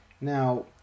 Now